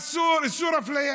איסור הפליה.